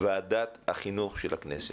שוועדת החינוך של הכנסת,